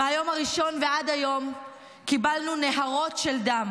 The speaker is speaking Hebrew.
מהיום הראשון ועד היום קיבלנו נהרות של דם